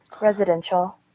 Residential